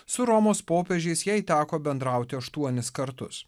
su romos popiežiais jai teko bendrauti aštuonis kartus